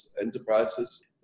enterprises